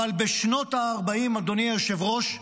אבל בשנות הארבעים, אדוני היושב-ראש,